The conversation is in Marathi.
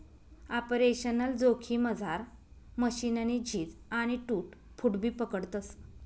आपरेशनल जोखिममझार मशीननी झीज आणि टूट फूटबी पकडतस